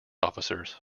officers